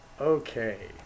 okay